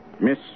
Miss